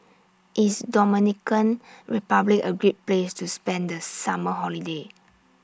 IS Dominican Republic A Great Place to spend The Summer Holiday